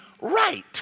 right